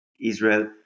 Israel